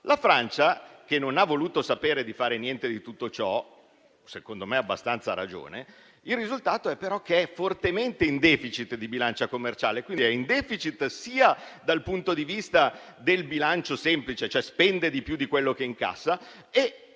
La Francia, che non ne ha voluto sapere di fare niente di tutto ciò, secondo me abbastanza a ragione, è fortemente in *deficit* di bilancia commerciale, quindi è in *deficit* sia dal punto di vista del bilancio semplice, cioè spende più di quello che incassa, e